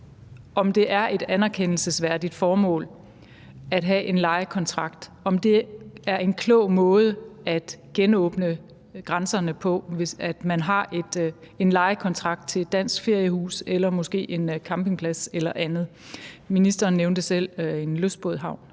om det er et anerkendelsesværdigt formål at have en lejekontrakt, og om det er en klog måde at genåbne grænserne på, altså hvis man har en lejekontrakt til et dansk feriehus eller måske en campingplads eller andet. Ministeren nævnte også selv en lystbådehavn